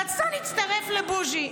רצתה להצטרף לבוז'י.